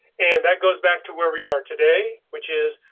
and that goes back to where we are today. which is,